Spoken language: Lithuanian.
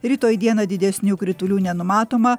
rytoj dieną didesnių kritulių nenumatoma